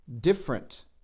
different